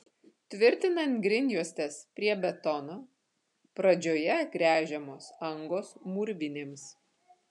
tvirtinant grindjuostes prie betono pradžioje gręžiamos angos mūrvinėms